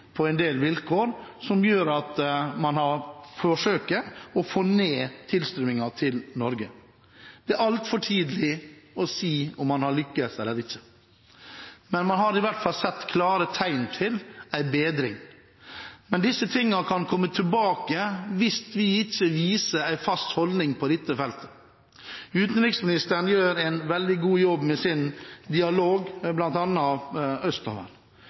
på en del vilkår, noe som gjør at man kan forsøke å få ned tilstrømningen til Norge. Det er altfor tidlig å si om man har lyktes eller ikke, men man har i hvert fall sett klare tegn til bedring. Men disse tingene kan komme tilbake hvis vi ikke viser en fast holdning på dette feltet. Utenriksministeren gjør en veldig god jobb med sin dialog